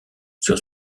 sur